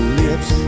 lips